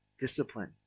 discipline